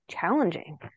challenging